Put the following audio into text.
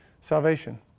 salvation